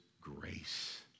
grace